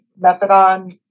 methadone